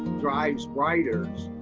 drives riders.